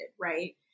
right